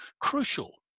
crucial